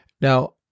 Now